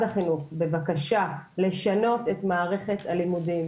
החינוך בבקשה לשנות את מערכת הלימודים,